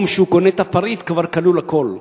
שבו הוא קונה את הפריט כבר כלול הכול.